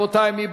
רבותי, מי